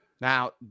Now